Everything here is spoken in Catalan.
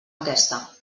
aquesta